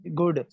Good